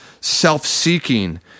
self-seeking